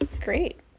Great